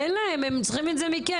אין להם, הם צריכים את זה מכם.